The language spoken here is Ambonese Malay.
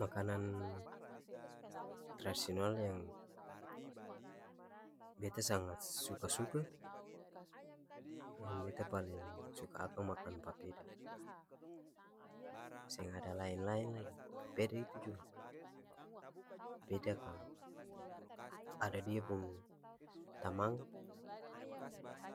Makanan tradisional yang beta sangat suka-suka tu yang beta paleng suka akang makan papeda seng ada laen-laen lai papeda itu jua papeda kalo ada dia pung tamang